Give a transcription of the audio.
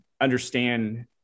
understand